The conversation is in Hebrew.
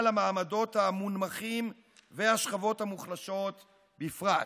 המעמדות המונמכים והשכבות המוחלשות בפרט.